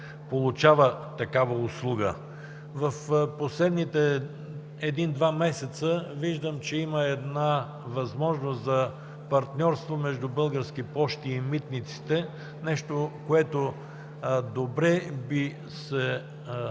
В последните един-два месеца виждам, че има възможност за партньорство между Български пощи и Митниците – нещо, което би се приело